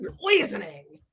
poisoning